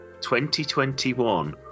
2021